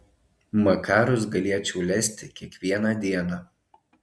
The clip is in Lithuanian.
makarus galėčiau lesti kiekvieną dieną